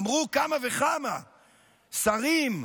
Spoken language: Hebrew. אמרו כמה וכמה שרים,